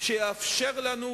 שיאפשר לנו